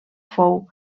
fou